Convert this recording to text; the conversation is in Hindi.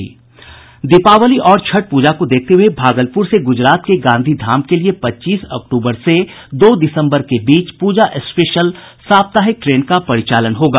दीपावली और छठ पूजा को देखते हुये भागलपूर से गुजरात के गांधीधाम के लिए पच्चीस अक्तूबर से दो दिसम्बर के बीच पूजा स्पेशल साप्ताहिक ट्रेन का परिचालन होगा